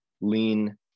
lean